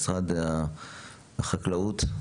משרד החקלאות?